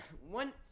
one